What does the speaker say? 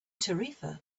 tarifa